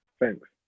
thanks